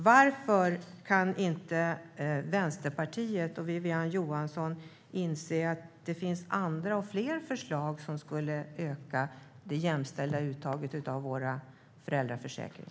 Varför kan inte Vänsterpartiet och Wiwi-Anne Johansson inse att det finns andra och fler förslag som skulle öka det jämställda uttaget av vår föräldraförsäkring?